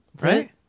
Right